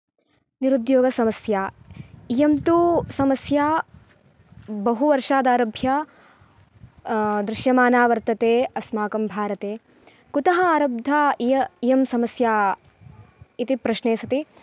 निरुद्योगसमस्या इयं तु समस्या बहुवर्षादारभ्य दृश्यमाना वर्तते अस्माकं भारते कुतः आरब्धा इय इयं समस्या इति प्रश्ने सति